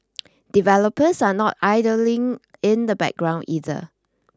developers are not idling in the background either